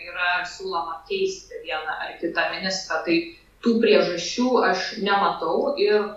yra siūloma keisti vieną ar kitą ministrą tai tų priežasčių aš nematau ir